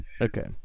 Okay